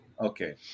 Okay